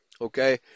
okay